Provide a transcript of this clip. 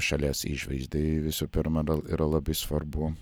šalies išvaizdai visų pirma gal yra labai svarbu